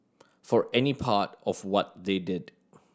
for any part of what they did